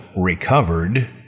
Recovered